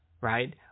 right